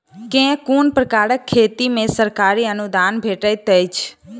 केँ कुन प्रकारक खेती मे सरकारी अनुदान भेटैत अछि?